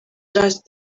just